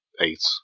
eight